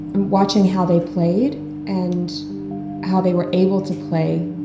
and watching how they played and how they were able to play,